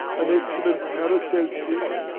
an excellent paracelsian,